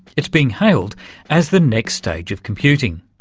it's being hailed as the next stage of computing.